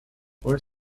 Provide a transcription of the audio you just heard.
were